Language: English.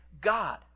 God